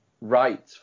Right